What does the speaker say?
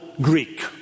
Greek